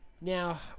Now